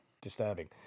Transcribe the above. disturbing